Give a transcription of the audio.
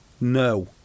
No